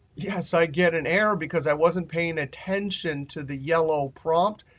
yes, i get an error because i wasn't paying attention to the yellow prompt.